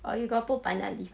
are you a couple 那里